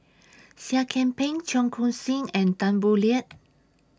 Seah Kian Peng Cheong Koon Seng and Tan Boo Liat